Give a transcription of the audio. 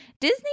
Disney